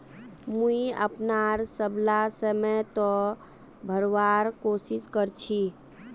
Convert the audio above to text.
मुई अपनार सबला समय त भरवार कोशिश कर छि